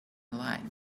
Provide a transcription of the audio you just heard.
life